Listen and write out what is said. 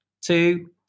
two